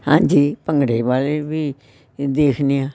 ਹਾਂਜੀ ਭੰਗੜੇ ਵਾਲੇ ਵੀ ਅ ਦੇਖਦੇ ਹਾਂ